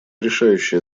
решающее